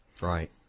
Right